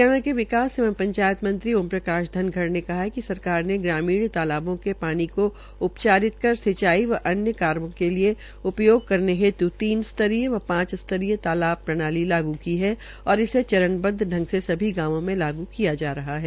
हरियाणा के विकास एवं पंचायत मंत्री ओम प्रकाश धनखड़ ने कहा है कि सरकार ने ग्रामीण तालाबों के पानी को उपचारित कर सिंचाई व अन्य कार्यो के लिये उपयोग करने हेतु तीन स्तरीय व पांच स्तरीय तालाब प्रणाली लागू की है और इसे चरणबद्व संग से सभी गांवों में लागू किया जा रहा है